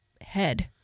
head